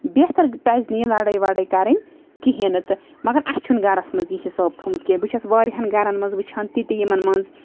بہتر پَزِ نہٕ یہِ لَڑٲے وَڑٲے کَرٕنۍ کِہیٖنۍ نہٕ تہٕ مگر اَسہِ چھُنہٕ گَرَس منٛز یہِ حِساب تھوٚمُت کیٚنٛہہ بہٕ چھَس واریاہَن گَرَن منٛز وٕچھان تِتہِ یِمَن منٛز